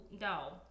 no